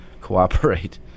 cooperate